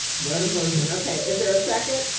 what a motion. okay, is there a second?